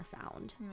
found